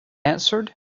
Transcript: answered